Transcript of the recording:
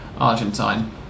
Argentine